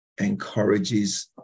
encourages